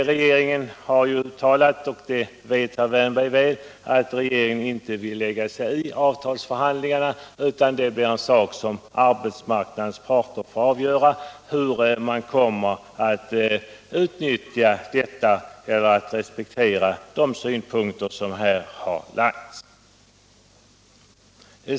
Regeringen har sagt — och det vet herr Wärnberg mycket väl — att den inte vill lägga sig i avtalsförhandlingarna, utan det får bli en sak för arbetsmarknadens parter att avgöra huruvida de vill respektera de synpunkter som här framförts.